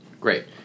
Great